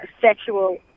sexual